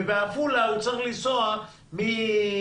ובעפולה המטופל צריך לנסוע מחדרה,